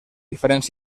diferents